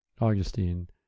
Augustine